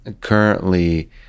Currently